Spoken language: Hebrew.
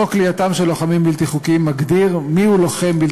חוק כליאתם של לוחמים בלתי חוקיים מגדיר מיהו לוחם בלתי